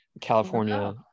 California